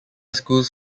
schools